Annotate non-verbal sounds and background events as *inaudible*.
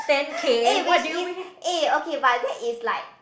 *laughs* eh which is eh okay but that is like